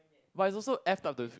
but it also F up the